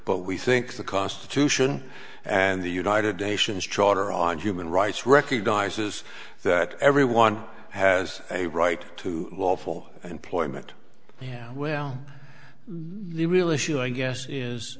but we think the constitution and the united nations charter on human rights recognizes that everyone has a right to lawful employment yeah well the real issue i guess is